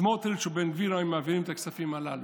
סמוטריץ' ובן גביר היו מעבירים את הכספים האלה".